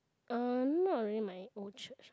uh not really my old church